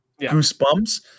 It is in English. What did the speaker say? goosebumps